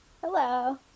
Hello